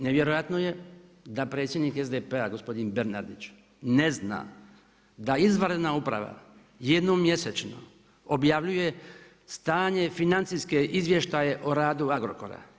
Nevjerojatno je da predsjednik SDP-a, gospodin Bernardić ne zna da izvanredna uprava jednom mjesečno objavljuje stanje financijske izvještaje o radu Agrokora.